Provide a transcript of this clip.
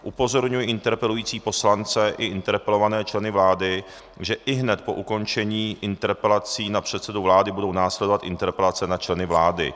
Upozorňuji interpelující poslance i interpelované členy vlády, že ihned po ukončení interpelací na předsedu vlády budou následovat interpelace na členy vlády.